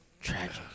Tragic